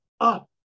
up